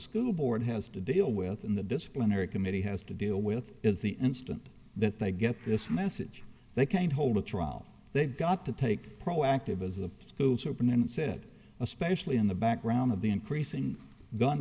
school board has to deal with in the disciplinary committee has to deal with is the instant that they get this message they can't hold a trial they've got to take proactive as the schools are open and said especially in the background of the increasing gun